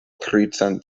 tricent